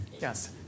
Yes